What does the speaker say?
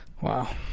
Wow